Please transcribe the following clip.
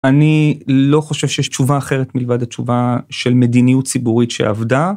אני לא חושב שיש תשובה אחרת מלבד התשובה של מדיניות ציבורית שעבדה.